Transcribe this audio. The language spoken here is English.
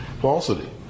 falsity